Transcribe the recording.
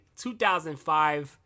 2005